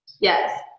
Yes